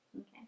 Okay